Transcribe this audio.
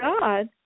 God